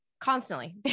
constantly